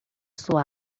sua